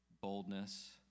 boldness